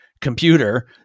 computer